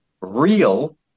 real